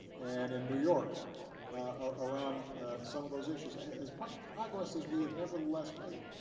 and in new york around some of those issues, as much progress as we have nevertheless made